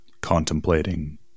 contemplating